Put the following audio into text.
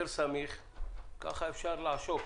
יותר סמיך, כך אפשר לעשוק